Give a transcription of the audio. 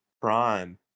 prime